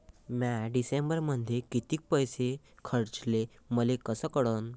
म्या डिसेंबरमध्ये कितीक पैसे खर्चले मले कस कळन?